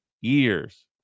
years